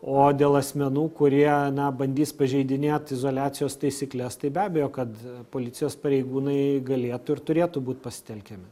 o dėl asmenų kurie na bandys pažeidinėt izoliacijos taisykles tai be abejo kad policijos pareigūnai galėtų ir turėtų būt pasitelkiami